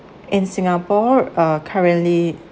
in singapore uh currently